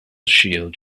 shield